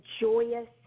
joyous